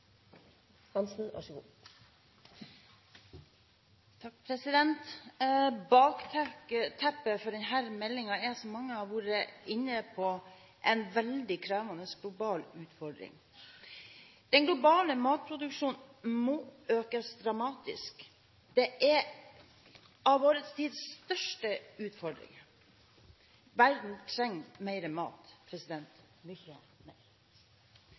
mange har vært inne på, en veldig krevende global utfordring. Den globale matproduksjonen må økes dramatisk. Det er en av vår tids største utfordringer. Verden trenger mer mat – mye mer.